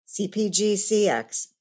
CPGCX